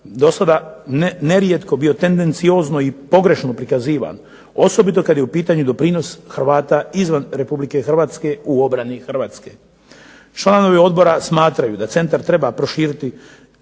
do sada nerijetko bio tendenciozno i pogrešno prikazivan, osobito kad je u pitanju doprinos Hrvata izvan Republike Hrvatske u obrani Republike Hrvatske. Članovi odbora smatraju da centar treba proširiti